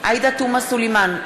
עאידה תומא סלימאן,